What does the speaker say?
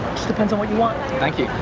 depends on what you want. thank you.